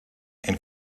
and